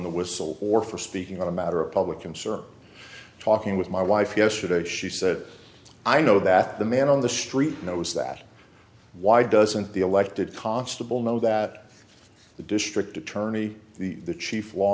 the whistle or for speaking on a matter of public concern talking with my wife yesterday she said i know that the man on the street knows that why doesn't the elected constable know that the district attorney the chief law